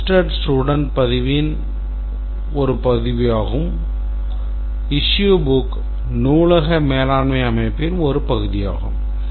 Print inventory நூலக மேலாண்மை அமைப்பின் ஒரு பகுதியாகும்